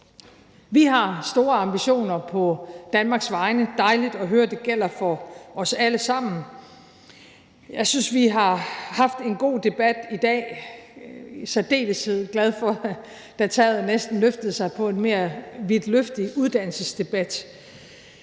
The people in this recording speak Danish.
Vi har store ambitioner på Danmarks vegne, det er dejligt at høre, at det gælder for os alle sammen. Jeg synes, vi har haft en god debat i dag; jeg var i særdeleshed glad for, da taget næsten løftede sig ved en mere vidtløftig uddannelsesdebat.